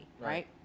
Right